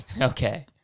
Okay